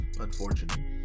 unfortunately